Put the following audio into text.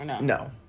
No